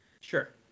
Sure